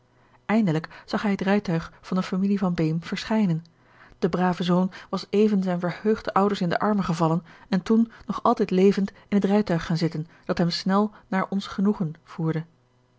eindelijk zag hij het rijtuig van de familie van beem verschijnen de brave zoon was even zijne verheugde ouders in de armen gevallen en toen nog altijd levend in het rijtuig gaan zitten dat hem snel naar ons genoegen voerde